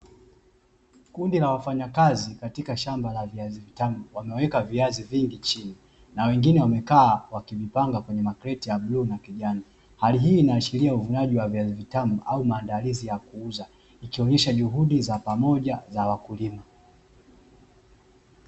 Kundi la wafanyakazi katika shamba la viazi vitamu, wameweka viazi vingi chini na wengine wamekaa wakivipanga kwenye makreti ya bluu na kijani, hali hii inaashiria uvunaji wa viazi vitamu au mandalizi ya kuuza, ikionyesha juhudi za pamoja za wakulima.